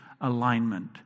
alignment